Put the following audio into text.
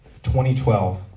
2012